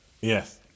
Yes